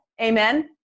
amen